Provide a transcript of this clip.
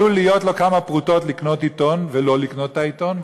עלולות להיות לו כמה פרוטות לקנות עיתון ולא לקנות את העיתון,